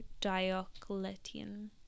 Diocletian